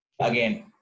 again